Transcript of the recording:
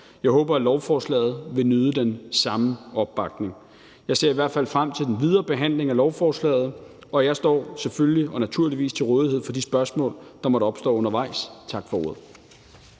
Jeg håber, at lovforslaget vil nyde den samme opbakning. Jeg ser i hvert fald frem til den videre behandling af lovforslaget, og jeg står naturligvis til rådighed for de spørgsmål, der måtte opstå undervejs. Tak for ordet.